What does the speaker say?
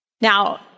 Now